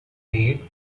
made